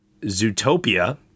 Zootopia